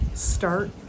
start